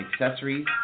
accessories